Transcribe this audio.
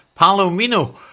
Palomino